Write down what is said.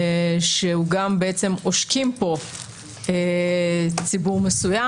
בעצם עושקים פה ציבור מסוים.